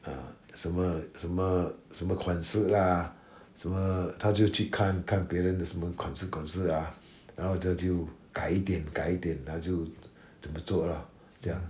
uh 什么什么什么款式 lah 什么他就去看看别人的什么款式款式 ah 然后他就改一点改一点他就这么做 lor 这样